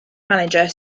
manager